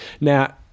Now